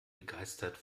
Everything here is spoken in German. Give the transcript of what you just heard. begeistert